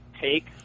take